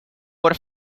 por